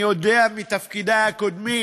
אני יודע מתפקידי הקודמים